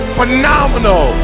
phenomenal